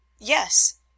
Yes